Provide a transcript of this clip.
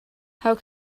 how